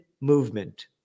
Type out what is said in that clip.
movement